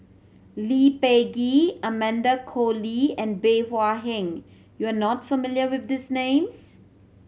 Lee Peh Gee Amanda Koe Lee and Bey Hua Heng you are not familiar with these names